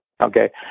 Okay